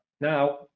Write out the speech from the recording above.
Now